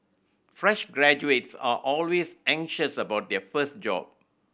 fresh graduates are always anxious about their first job